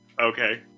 Okay